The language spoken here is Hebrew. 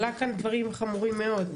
עלה כאן דברים חמורים מאוד,